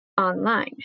online